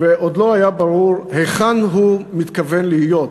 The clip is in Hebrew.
ועוד לא היה ברור היכן הוא מתכוון להיות,